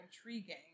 intriguing